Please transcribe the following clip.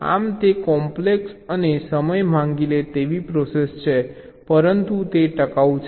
આમ તે કોમ્પ્લેક્સ અને સમય માંગી લે તેવી પ્રોસેસ છે પરંતુ તે ટકાઉ છે